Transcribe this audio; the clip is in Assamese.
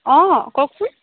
অঁ কওকচোন